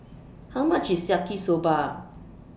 How much IS Yaki Soba